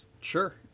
sure